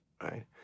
right